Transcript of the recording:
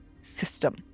system